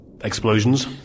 explosions